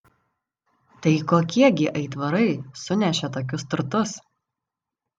tai kokie gi aitvarai sunešė tokius turtus